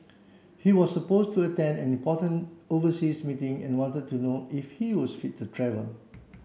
he was supposed to attend an important overseas meeting and wanted to know if he was fit to travel